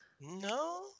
no